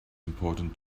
important